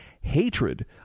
hatred